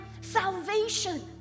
salvation